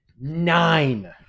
nine